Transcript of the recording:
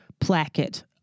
placket